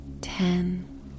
ten